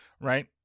right